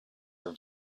are